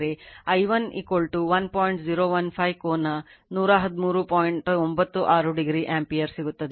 96 degree ampere ಸಿಗುತ್ತದೆ